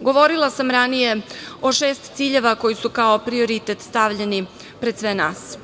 Govorila sam ranije o šest ciljeva koji su kao prioritet stavljeni pred sve nas